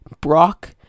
Brock